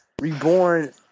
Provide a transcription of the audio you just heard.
Reborn